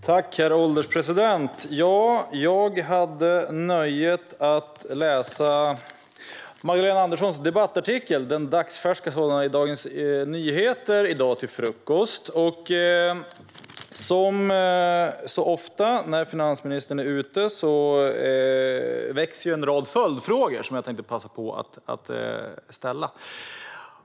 Herr ålderspresident! Jag hade nöjet att under min frukost läsa Magdalena Anderssons dagsfärska debattartikel i Dagens Nyheter. Som så ofta när finansministern uttalar sig väcks det en rad följdfrågor som jag tänkte passa på att ställa.